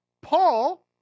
Paul